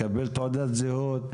לקבל תעודת זהות.